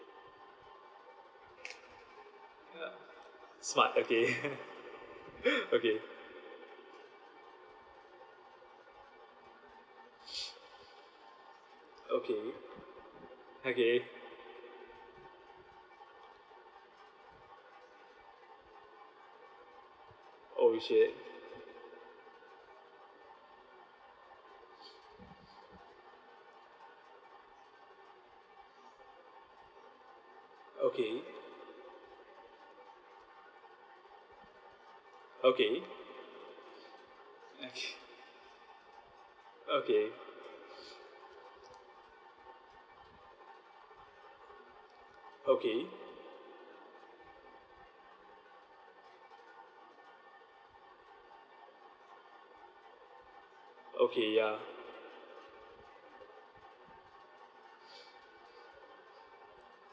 smart okay okay okay okay oh shit okay okay nice okay okay okay ya